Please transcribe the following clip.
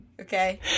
Okay